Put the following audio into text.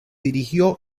dirigió